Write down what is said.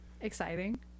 exciting